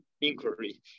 inquiry